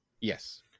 Yes